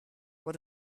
what